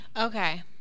Okay